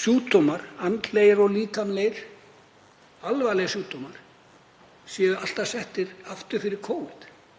sjúkdómar, andlegir og líkamlegir, alvarlegir sjúkdómar, séu alltaf settir aftur fyrir